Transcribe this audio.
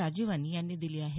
राजीवन यांनी दिली आहे